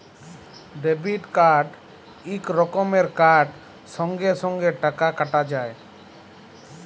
debit card ইক রকমের card সঙ্গে সঙ্গে টাকা কাটা যায়